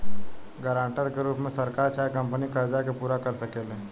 guarantor के रूप में सरकार चाहे कंपनी कर्जा के पूरा कर सकेले